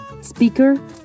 speaker